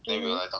mmhmm